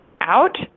out